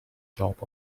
top